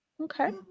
Okay